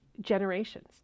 generations